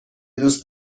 دوست